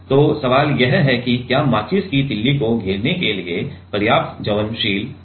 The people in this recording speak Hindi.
तो सवाल यह है कि क्या माचिस की तीली को घेरने के लिए पर्याप्त ज्वलनशील क्षेत्र है